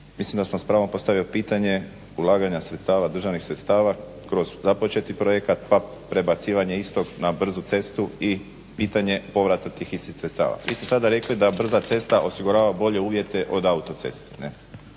Mislim da sam s pravom postavio pitanje ulaganja državnih sredstava kroz započeti projekat pa prebacivanje istog na brzu cestu i pitanje povrata tih istih sredstava. Vi ste sada rekli da brza cesta osigurava bolje uvjete od autoceste